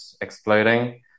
exploding